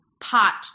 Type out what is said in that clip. pot